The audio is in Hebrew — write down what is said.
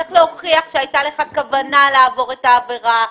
צריך להוכיח שהייתה לך כוונה לעבור את העבירה,